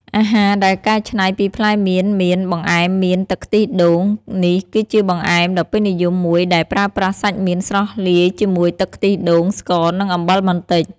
អាហារដែលកែច្នៃពីផ្លែមៀនមាន បង្អែមមៀនទឹកខ្ទិះដូង នេះគឺជាបង្អែមដ៏ពេញនិយមមួយដែលប្រើប្រាស់សាច់មៀនស្រស់លាយជាមួយទឹកខ្ទិះដូង ស្ករ និងអំបិលបន្តិច។